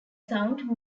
sound